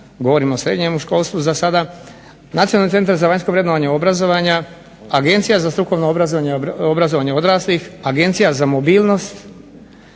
govorim o srednjem školstvu zasada, Nacionalni centar za vanjsko vrednovanje obrazovanja, Agencija za strukovno obrazovanje odraslih, Agencija za mobilnost;